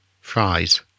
fries